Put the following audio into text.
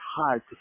hard